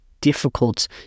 difficult